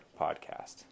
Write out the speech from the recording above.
podcast